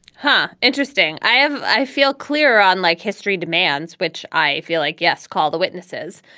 huh? interesting. i have. i feel clear. unlike history demands, which i feel like. yes. call the witnesses.